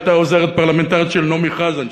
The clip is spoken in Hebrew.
היא הייתה העוזרת הפרלמנטרית של נעמי חזן,